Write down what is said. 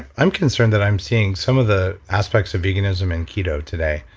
i'm concerned that i'm seeing some of the aspects of veganism in keto today,